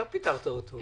אתה פיטרת אותו.